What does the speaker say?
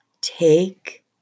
Take